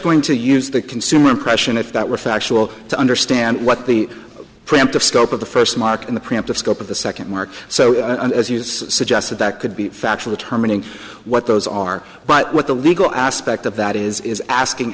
going to use the consumer impression if that were factual to understand what the preemptive scope of the first mark in the preemptive scope of the second mark so as you suggested that could be factually terminix what those are but what the legal aspect of that is asking